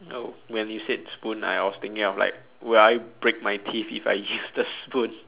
oh when you said spoon I was thinking of like would I break my teeth if I use the spoon